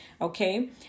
Okay